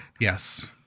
Yes